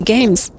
Games